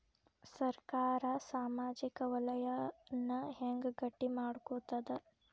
ಸರ್ಕಾರಾ ಸಾಮಾಜಿಕ ವಲಯನ್ನ ಹೆಂಗ್ ಗಟ್ಟಿ ಮಾಡ್ಕೋತದ?